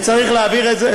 צריך להעביר את זה,